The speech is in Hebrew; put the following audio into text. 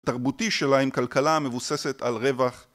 תרבותי שלה עם כלכלה מבוססת על רווח